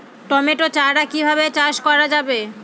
Tomato চারা কিভাবে চাষ করা যাবে?